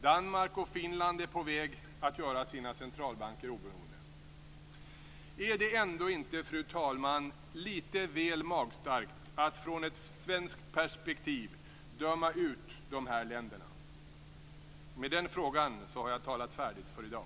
Danmark och Finland är på väg att göra sina centralbanker oberoende. Fru talman! Är det ändå inte lite väl magstarkt att från ett svenskt perspektiv döma ut de här länderna? Med den frågan har jag talat färdigt för i dag.